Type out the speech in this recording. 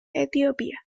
etiopía